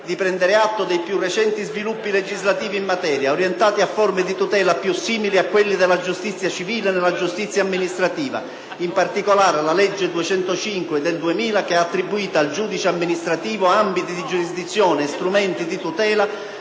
«di prendere atto dei piurecenti sviluppi legislativi in materia, orientati a forme di tutela piu simili a quelle della giustizia civile. In particolare, la legge n. 205 del 2000, che ha attribuito al giudice amministrativo ambiti di giurisdizione e strumenti di tutela